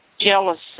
Jealousy